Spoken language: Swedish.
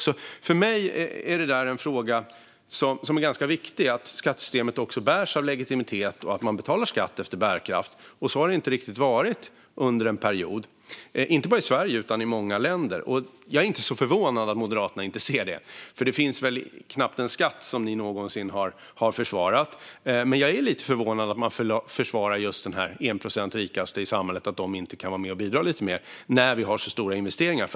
För mig är det en ganska viktig fråga att skattesystemet bärs av legitimitet och att man betalar skatt efter bärkraft. Så har det inte riktigt varit under en period, inte bara i Sverige utan i många länder. Jag är inte så förvånad över att Moderaterna inte ser detta. Det finns väl knappt en skatt som ni någonsin har försvarat. Men jag är lite förvånad över att ni försvarar just den rikaste procenten i samhället och inte tycker att dessa personer kan vara med och bidra lite mer när vi har så stora investeringar.